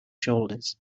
shoulders